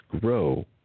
grow